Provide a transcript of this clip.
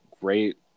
great